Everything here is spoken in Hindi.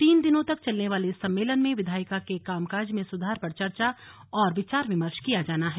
तीन दिनों तक चलने वाले इस सम्मेलन में विधायिका के कामकाज में सुधार पर चर्चा और विचार विमर्श किया जाना है